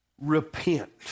repent